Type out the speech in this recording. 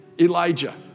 Elijah